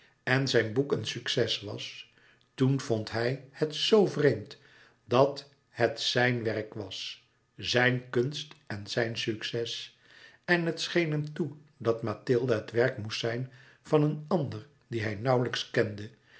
en zijn boek een succes was toen vond hij het zoo vreemd dat het zijn werk was zijn kunst en zijn succes en het scheen hem toe dat mathilde het werk moest zijn van een ander dien hij nauwlijks kende